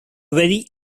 very